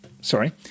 sorry